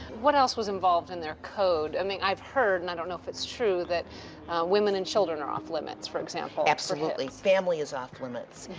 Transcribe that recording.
what else was involved in their code? i mean, i've heard, and i don't know if it's true, that women and children are off-limits, for example. absolutely. family is off-limits.